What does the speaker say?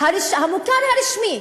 המוכר הרשמי.